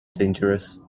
dangerous